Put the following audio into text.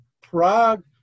Prague